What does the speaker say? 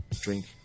drink